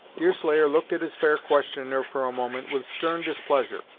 deerslayer looked at his fair questioner for a moment with stern displeasure.